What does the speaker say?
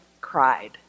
cried